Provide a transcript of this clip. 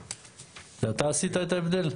זה אתה עשית את ההבדל?